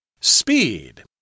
Speed